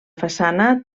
façana